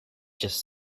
just